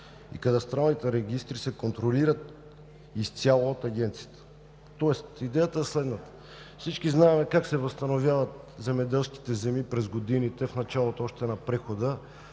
и кадастралните регистри се контролират изцяло от Агенцията“. Тоест идеята е следната: всички знаем как се възстановяват земеделските земи през годините в началото на прехода,